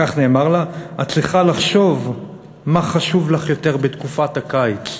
כך נאמר לה: את צריכה לחשוב מה חשוב לך יותר בתקופת הקיץ.